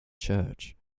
church